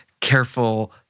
careful